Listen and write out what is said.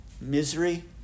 misery